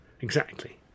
Exactly